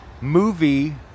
movie